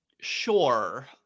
Sure